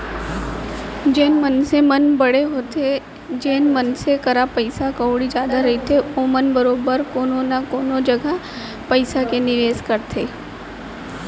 जेन मनसे मन बड़े होथे जेन मनसे करा पइसा कउड़ी जादा रथे ओमन बरोबर कोनो न कोनो जघा पइसा के निवेस करथे